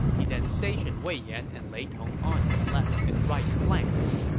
he then stationed wei yan and lei tong on his left and right flanks.